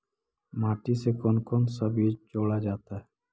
माटी से कौन कौन सा बीज जोड़ा जाता है?